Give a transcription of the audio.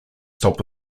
stop